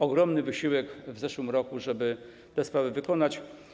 Ogromny wysiłek podjęto w zeszłym roku, żeby te sprawy wykonać.